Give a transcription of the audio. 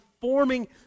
forming